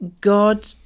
God